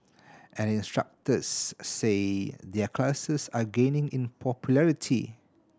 and instructors say their classes are gaining in popularity